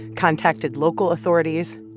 contacted local authorities.